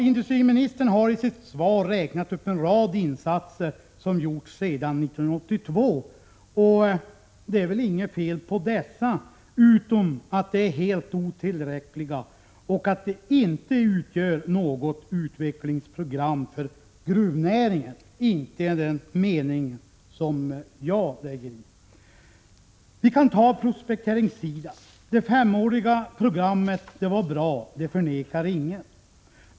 Industriministern räknar i sitt svar upp en rad insatser som gjorts sedan 1982, och det är väl inget fel på dessa förutom att de är helt otillräckliga och att de inte utgör något utvecklingsprogram för gruvnäringen, åtminstone inte i den mening som jag lägger in i det begreppet. Vi kan t.ex. ta prospekteringssidan. Det femåriga programmet var bra, det förnekar ingen.